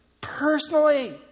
personally